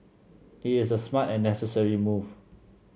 it is a smart and necessary move